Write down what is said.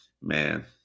Man